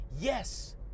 yes